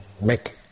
make